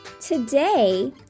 Today